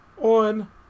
on